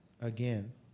again